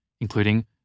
including